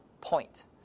point